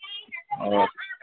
اور